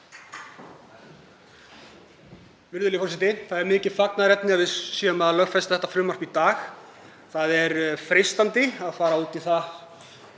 Virðulegur forseti. Það er mikið fagnaðarefni að við séum að lögfesta þetta frumvarp í dag. Það er freistandi að fara út í það